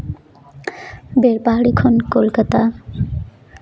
ᱵᱮᱞᱯᱟᱦᱟᱲᱤ ᱠᱷᱚᱱ ᱠᱳᱞᱠᱟᱛᱟ